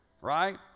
right